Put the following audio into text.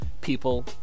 people